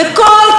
דמוקרטיים,